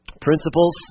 Principles